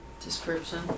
Description